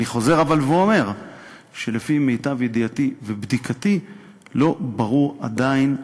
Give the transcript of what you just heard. אני חוזר ואומר שלפי מיטב ידיעתי ובדיקתי לא ברור עדיין,